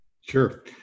Sure